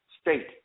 state